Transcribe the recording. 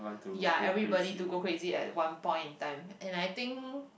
ya everybody to go crazy at one point in time and I think